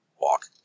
walk